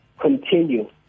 continue